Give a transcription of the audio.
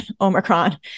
Omicron